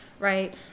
right